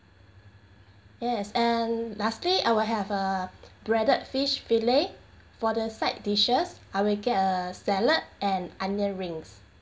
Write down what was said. yes and lastly I will have a breaded fish fillet for the side dishes I will get a salad and onion rings